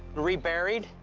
reburied,